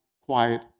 quiet